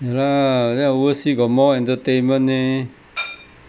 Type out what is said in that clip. ya lah then overseas got more entertainment leh